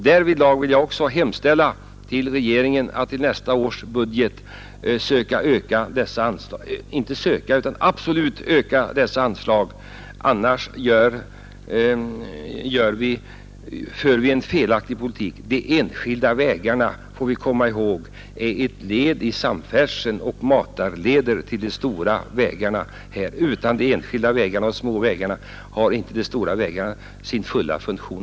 Därvidlag vill jag också hemställa till regeringen att till nästa års budget absolut öka dessa anslag. Annars för vi en felaktig politik. Vi får komma ihåg att de enskilda vägarna är en del av samfärdseln. De utgör matarleder till de stora lederna. Utan de små, enskilda vägarna har inte heller de stora vägarna sin fulla funktion.